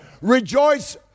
rejoice